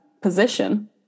position